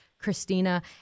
Christina